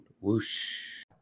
Whoosh